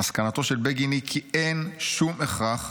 "מסקנתו של בגין היא כי אין שום הכרח,